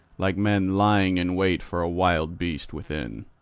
like men lying in wait for a wild beast within.